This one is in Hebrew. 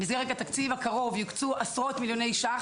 במסגרת התקציב הקרוב יוקצו עשרות מיליוני שקלים